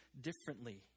differently